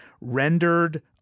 rendered